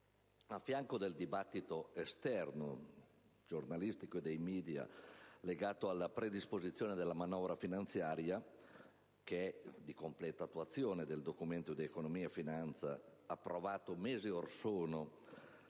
a fianco del dibattito esterno e giornalistico, dei *media*, legato alla predisposizione della manovra finanziaria, che è di completa attuazione del Documento di economia e finanza approvato mesi or sono